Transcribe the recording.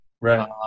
Right